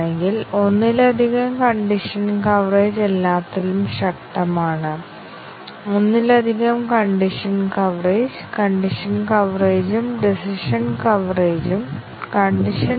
ഞങ്ങൾക്ക് എത്തിച്ചേരാനാകാത്ത കോഡ് ഇല്ലെങ്കിൽ സാധാരണയായി ഞങ്ങൾ 100 ശതമാനം പ്രസ്താവന കവറേജ് പ്രതീക്ഷിക്കുന്നു ഞങ്ങൾക്ക് 100 ശതമാനം പ്രസ്താവന കവറേജ് ആവശ്യമാണ്